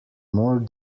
more